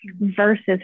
versus